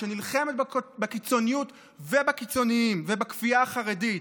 שנלחמת בקיצוניות ובקיצונים ובכפייה החרדית,